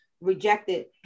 rejected